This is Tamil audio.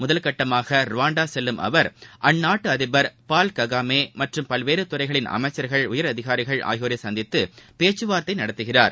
முதற்கட்டமாக ரூவாண்டா செல்லும் அவர் அந்நாட்டு அதிபர் பால் ககாமே மற்றும் பல்வேறு துறைகளின் அமைச்சர்கள் உயரதிகாரிகள் ஆகியோரை சந்தித்து பேச்சுவார்த்தை நடத்துகிறார்